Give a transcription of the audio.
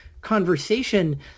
conversation